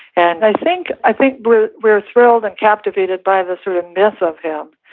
and i think i think we're we're thrilled and captivated by the sort of myth of him.